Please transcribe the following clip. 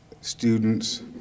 students